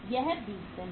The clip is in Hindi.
यह अवधि 20 दिन है